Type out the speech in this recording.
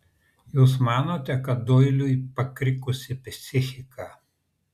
jūs manote kad doiliui pakrikusi psichika